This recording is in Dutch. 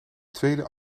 tweede